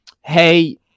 Hey